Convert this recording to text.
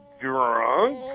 drunk